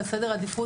ועל סדר עדיפות